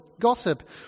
gossip